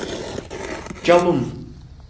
چلُن